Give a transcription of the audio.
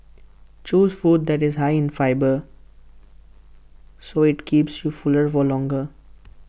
choose food that is high in fibre so IT keeps you fuller for longer